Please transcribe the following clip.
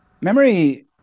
memory